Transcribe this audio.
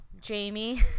Jamie